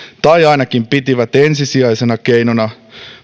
tai ainakin pitivät ensisijaisena keinona